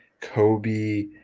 Kobe